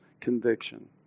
conviction